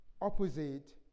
opposite